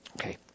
Okay